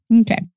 Okay